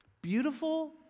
beautiful